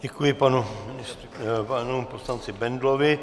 Děkuji panu poslanci Bendlovi.